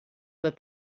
that